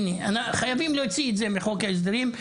חייבים להוציא את זה מחוק ההסדרים,